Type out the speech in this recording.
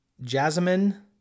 Jasmine